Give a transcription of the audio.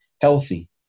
healthy